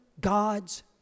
God's